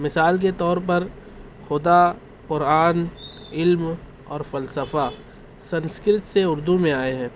مثال کے طور پر خدا قرآن علم اور فلسفہ سنسکرت سے اردو میں آئے ہیں